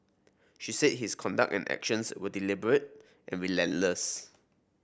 she said his conduct and actions were deliberate and relentless